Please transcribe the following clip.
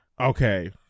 Okay